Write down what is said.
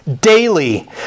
daily